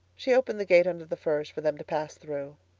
she opened the gate under the firs for them to pass through.